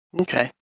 Okay